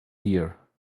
here